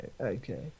okay